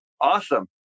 awesome